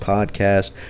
Podcast